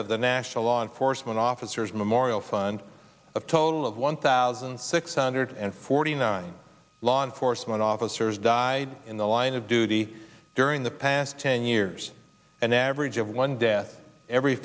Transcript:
of the national law enforcement officers memorial fund a total of one thousand six hundred and forty nine law enforcement officers died in the line of duty during the past ten years there's an average of one death every